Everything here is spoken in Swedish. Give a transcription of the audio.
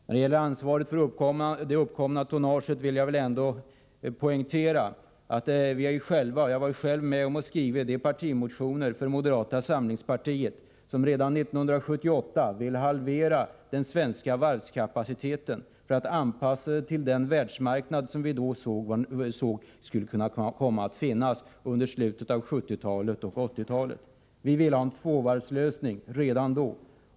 I vad gäller ansvaret för det uppkomna tonnaget vill jag ändå poängtera att jag själv varit med om att skriva de partimotioner för moderata samlingspartiet som redan 1978 ville halvera den svenska varvskapaciteten för att anpassa den till den världsmarknad som vi då ansåg skulle föreligga under slutet av 1970-talet och 1980-talet. Vi ville ha en tvåvarvslösning redan då.